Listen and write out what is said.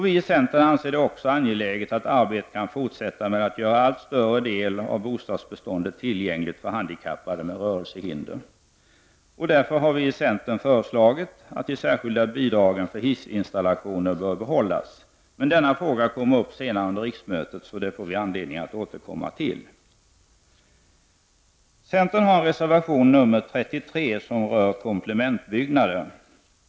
Vi i centern anser det också angeläget att arbetet kan fortsätta med att göra en allt större del av bostadsbeståndet tillgänglig för handikappade med rörelsehinder. Därför har vi i centern föreslagit att de särskilda bidragen för hissinstallationer bör behållas. Denna fråga kommer upp senare under riksmötet, så den får vi anledning att återkomma till. Centern har en reservation nr 33, som rör komplementbyggnader.